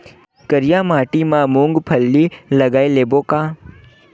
करिया माटी मा मूंग फल्ली लगय लेबों का?